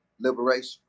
liberation